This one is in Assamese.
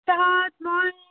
সপ্তাহত মই